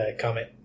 comment